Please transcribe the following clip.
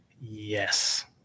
Yes